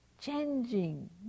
changing